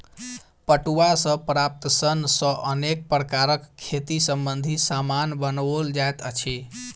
पटुआ सॅ प्राप्त सन सॅ अनेक प्रकारक खेती संबंधी सामान बनओल जाइत अछि